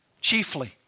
chiefly